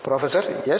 professor S